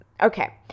okay